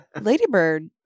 Ladybird